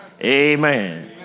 Amen